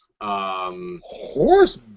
Horse